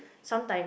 sometimes